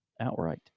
outright